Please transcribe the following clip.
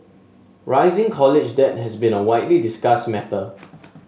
rising college debt has been a widely discussed matter